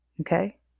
Okay